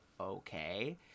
okay